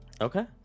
okay